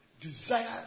desire